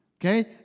Okay